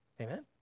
Amen